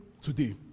Today